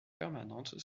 permanente